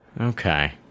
Okay